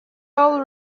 all